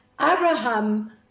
Abraham